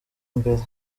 imbere